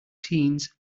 teens